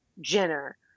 Jenner